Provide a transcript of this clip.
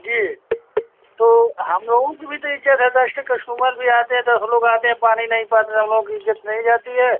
जी तो हम लोगों की भी तो इज्जत है दस ठो कश्टमर भी आते हैं दस लोग आते हैं पानी नहीं पाते तो हम लोगों की इज़्ज़त नहीं जाती है